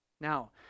Now